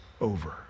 over